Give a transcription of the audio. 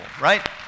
right